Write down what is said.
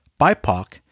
BIPOC